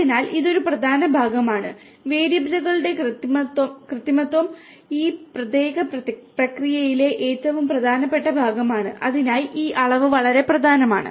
അതിനാൽ ഇത് ഒരു പ്രധാന ഭാഗമാണ് വേരിയബിളുകളുടെ കൃത്രിമത്വം ഈ പ്രത്യേക പ്രക്രിയയിലെ ഏറ്റവും പ്രധാനപ്പെട്ട ഭാഗമാണ് അതിനായി ഈ അളവ് വളരെ പ്രധാനമാണ്